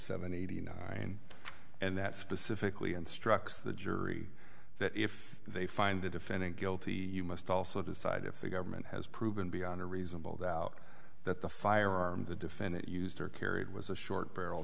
seven eighty nine and that specifically instructs the jury that if they find the defendant guilty you must also decide if the government has proven beyond a reasonable doubt that the firearm the defendant used or carried was a short barrel